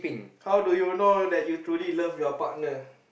how do you know that you truly love your partner